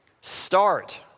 Start